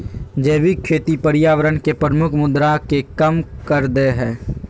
जैविक खेती पर्यावरण के प्रमुख मुद्दा के कम कर देय हइ